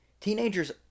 teenagers